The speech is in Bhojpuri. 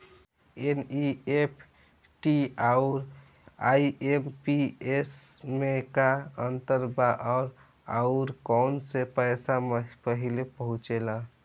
एन.ई.एफ.टी आउर आई.एम.पी.एस मे का अंतर बा और आउर कौना से पैसा पहिले पहुंचेला?